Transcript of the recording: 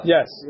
Yes